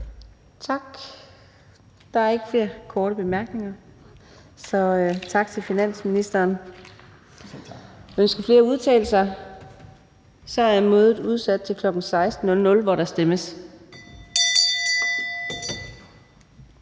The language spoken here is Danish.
Tak. Der er ikke flere korte bemærkninger, så tak til finansministeren. Ønsker flere at udtale sig? Da det ikke er tilfældet, er mødet udsat til kl. 16.00, hvor der stemmes.